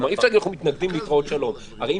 כלומר: אי-אפשר להגיד: אנחנו מתנגדים,